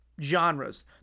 Genres